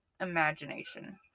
imagination